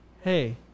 hey